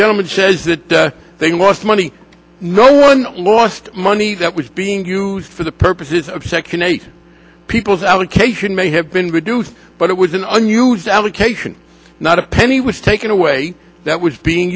gentleman says that they lost money no one lost money that was being used for the purposes of second eight people's allocation may have been reduced but it was an unused allocation not a penny was taken away that was being